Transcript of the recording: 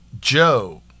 joe